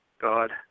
God